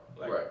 Right